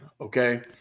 okay